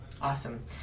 Awesome